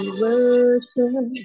worship